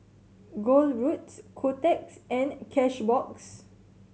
Gold Roast Kotex and Cashbox